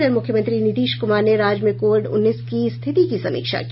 इधर मुख्यमंत्री नीतीश कुमार ने राज्य में कोविड उन्नीस की स्थिति की समीक्षा की